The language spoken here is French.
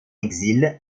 exil